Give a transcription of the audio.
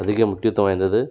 அதிக முக்கியத்துவம் வாய்ந்தது